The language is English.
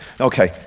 okay